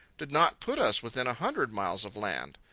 did not put us within a hundred miles of land.